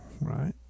right